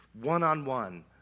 one-on-one